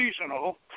seasonal